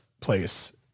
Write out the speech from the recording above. place